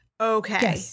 Okay